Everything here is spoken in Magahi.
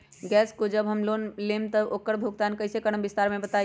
गैस जब हम लोग लेम त उकर भुगतान कइसे करम विस्तार मे बताई?